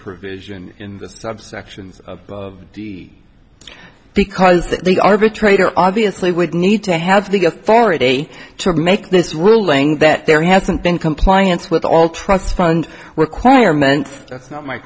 provision in the subsections of the because that the arbitrator obviously would need to have the authority to make this ruling that there hasn't been compliance with all trust fund requirements that's not my